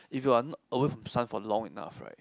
if you're not away from sun long enough right